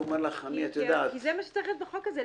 כי זה מה שצריך להיות בחוק הזה.